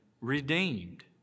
redeemed